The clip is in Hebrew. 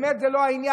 באמת זה לא העניין,